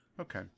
Okay